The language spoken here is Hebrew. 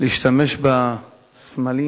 להשתמש בסמלים